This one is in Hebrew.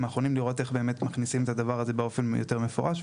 אחרונים ולראות איך מכניסים את הדבר הזה באופן יותר מפורש,